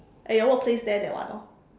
at your workplace there that one orh